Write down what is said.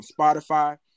Spotify